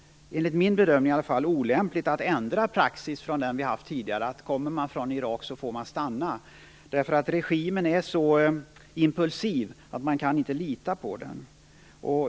Enligt min bedömning är det olämpligt att ändra vår tidigare praxis som säger att om man kommer från Irak får man stanna. Regimen är så impulsiv att det inte går att lita på den.